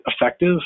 effective